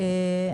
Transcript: בשמחה רבה.